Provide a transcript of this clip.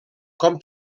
com